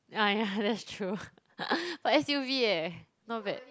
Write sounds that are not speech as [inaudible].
ya ya that's true [laughs] but s_u_v eh not bad